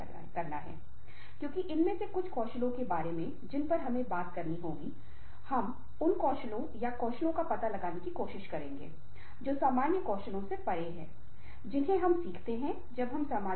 और यहां मैं आपसे कुछ पूछता हूं जब कोई व्यक्ति जिसका आप सम्मान करते है आपके द्वारा की गई गलती के बारे में दूसरों के सामने आपका अपमान करता है तो आप घर जाकर खुद को ऐसी स्थिति मे रखा की आप उस यक्ति को नहीं मिले